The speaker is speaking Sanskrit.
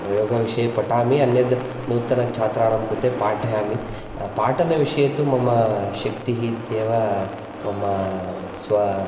योगविषये पठामि अन्यद् नूतनछात्राणां कृते पाठयामि पाठनविषये तु मम शक्तिः इत्येव मम स्व